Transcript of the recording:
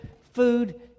food